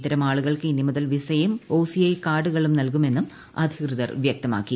ഇത്തരം ആളുകൾക്ക് ഇനി മുതൽ വിസയും ഒസിഐ കാർഡുകളും നൽകുമെന്നും അധികൃതർ വ്യക്തമാക്കി